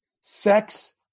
Sex